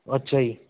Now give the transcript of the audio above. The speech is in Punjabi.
ਅੱਛਾ ਜੀ